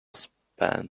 span